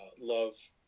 Love